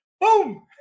Boom